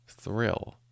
thrill